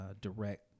direct